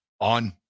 on